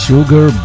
Sugar